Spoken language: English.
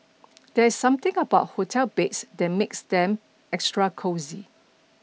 there's something about hotel beds that makes them extra cosy